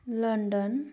London